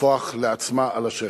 לטפוח לעצמה על השכם.